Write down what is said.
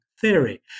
theory